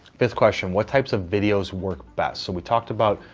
fifth question what types of videos work best? so we talked about,